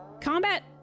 Combat